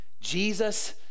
Jesus